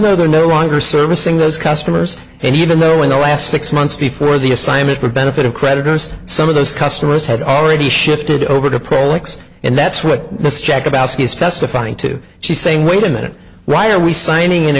though they're no longer servicing those customers and even though in the last six months before the assignment the benefit of creditors some of those customers had already shifted over to prolix and that's what this check about ski is testifying to she's saying wait a minute ryan resigning in